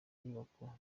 inyubako